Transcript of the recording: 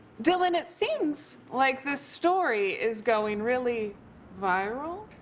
dylan, it seems like this story is going really viral